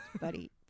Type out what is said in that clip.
buddy